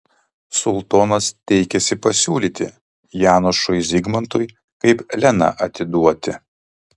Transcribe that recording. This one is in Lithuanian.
sultonas teikėsi pasiūlyti janošui zigmantui kaip leną atiduoti